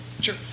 Sure